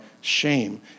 shame